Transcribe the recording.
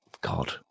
God